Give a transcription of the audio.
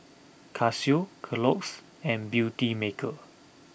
Casio Kellogg's and Beautymaker